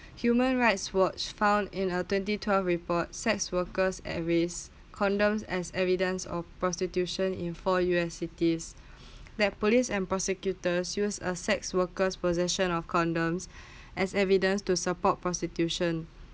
human right was found in a twenty twelve report sex worker evicts condom as evidence of prostitution in four U_S cities that police and prosecutors used a sex worker possession of condom as evidence to support prostitution